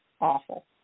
awful